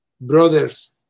Brothers